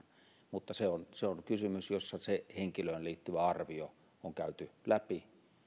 mutta se on se on tilanne jossa se henkilöön liittyvä arvio on käyty läpi